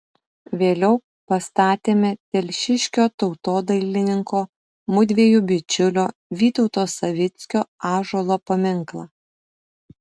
vėliau pastatėme telšiškio tautodailininko mudviejų bičiulio vytauto savickio ąžuolo paminklą